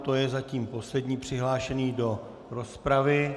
To je zatím poslední přihlášený do rozpravy.